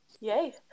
Yay